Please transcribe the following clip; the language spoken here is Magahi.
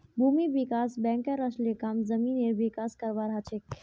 भूमि विकास बैंकेर असली काम जमीनेर विकास करवार हछेक